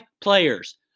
players